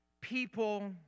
people